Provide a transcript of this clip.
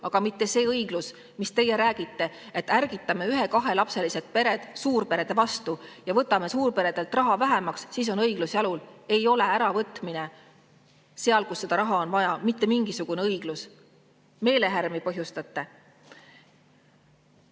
aga mitte see pole õiglus, mida teie räägite, et ärgitame ühe ja kahe lapsega pered suurperede vastu ja võtame suurperedelt raha vähemaks, et siis on õiglus jalule seatud. Äravõtmine sealt, kus seda raha on vaja, ei ole mitte mingisugune õiglus. Te põhjustate